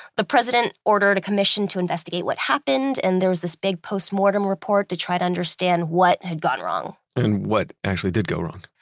the president ordered a commission to investigate what happened, and there was this big postmortem report to try to understand what had gone wrong and what actually did go wrong?